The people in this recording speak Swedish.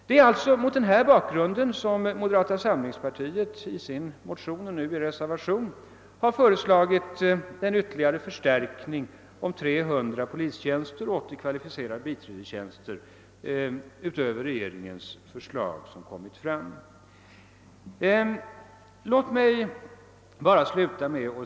Det är alltså mot denna bakgrund som moderata samlingspartiet i sin motion och nu i sin reservation har föreslagit en ytterligare förstärkning med 300 polistjänster och 40 kvalificerade biträdestjänster utöver regeringens förslag.